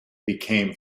became